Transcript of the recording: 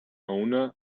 owner